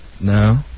No